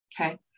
Okay